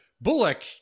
Bullock